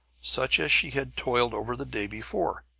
such as she had toiled over the day before.